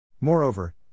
Moreover